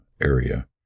area